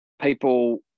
people